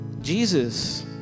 Jesus